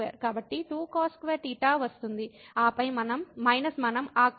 కాబట్టి 2cos2θ వస్తుంది ఆపై మైనస్ మనం ఆ cos2θ sin2θ ను తీసివేయవచ్చు